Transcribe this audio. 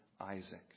Isaac